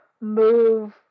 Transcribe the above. move